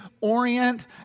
orient